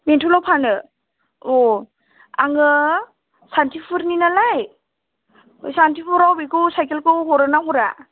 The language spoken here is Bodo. बेंटलाव फानो आङो सान्थिफुरनि नालाय सान्थिफुराव बेखौ साकेलखौ हरोना हरा